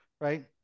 Right